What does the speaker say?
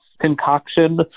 concoction